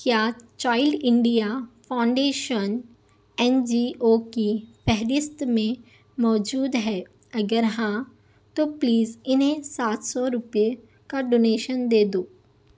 کیا child India foundation N G O کی فہرست میں موجود ہے اگر ہاں تو پلیز انہیں سات سو روپے کا ڈونیشن دے دو